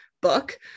book